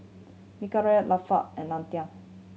Mikhail Latif and Nadia